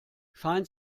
scheint